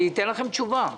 אני אתן לכם תשובה.